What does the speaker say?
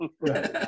Right